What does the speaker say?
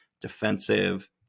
defensive